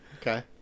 Okay